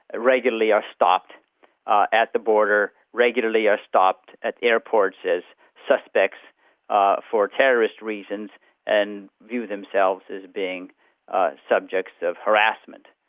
regularly are stopped at the border, regularly are stopped at airports as suspects ah for terrorist reasons and give themselves as being subjects of harassment.